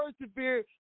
persevere